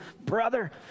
brother